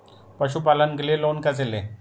पशुपालन के लिए लोन कैसे लें?